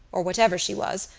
or whatever she was,